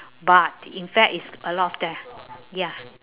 but in fact is a lot of that ya